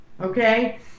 Okay